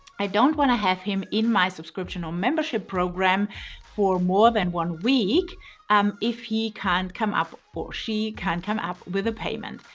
i don't want to have him in my subscription or membership program for more than one week um if he can't come up, or she can't come up, with a payment.